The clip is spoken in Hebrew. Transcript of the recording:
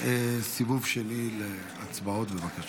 כן, סיבוב שני להצבעות, בבקשה.